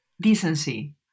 decency